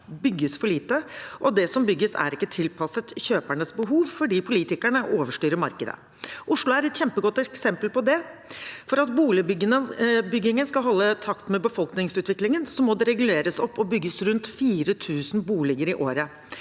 bygges for lite, og at det som bygges, ikke er tilpasset kjøpernes behov fordi politikerne overstyrer markedet. Oslo er et kjempegodt eksempel på det. For at boligbyggingen skal holde takt med befolkningsutviklingen, må det reguleres opp og bygges rundt 4 000 boliger i året.